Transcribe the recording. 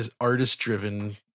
artist-driven